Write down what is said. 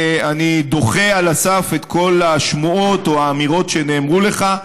אני דוחה על הסף את כל השמועות או האמירות שנאמרו לך.